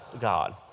God